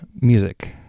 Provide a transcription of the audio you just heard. Music